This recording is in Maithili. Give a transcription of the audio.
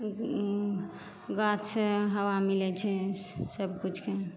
ई गाछसॅं हवा मिलै छै सबकिछु के